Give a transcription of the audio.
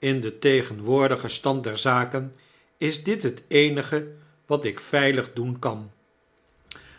in den tegen woordigen stand der zaak is dit het eenige wat ik veilig doen kan